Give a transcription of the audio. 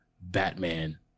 Batman